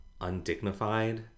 undignified